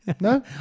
No